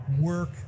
work